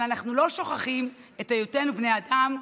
אבל אנחנו לא שוכחים את היותנו בני אדם,